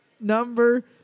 number